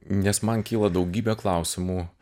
nes man kyla daugybė klausimų